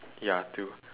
ya two